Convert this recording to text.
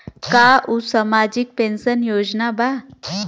का उ सामाजिक पेंशन योजना बा?